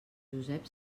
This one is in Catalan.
josep